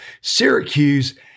Syracuse